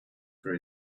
for